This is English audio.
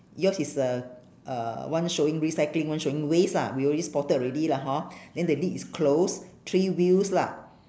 yours is a uh one showing recycling one showing waste ah we already spotted already lah hor then the lid is close three wheels lah